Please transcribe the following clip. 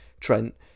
Trent